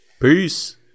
Peace